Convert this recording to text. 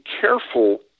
careful